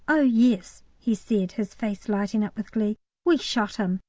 oh yes, he said, his face lighting up with glee we shot him.